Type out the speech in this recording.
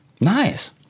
Nice